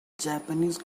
japanese